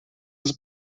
des